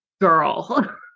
girl